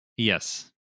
yes